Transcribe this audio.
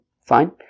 fine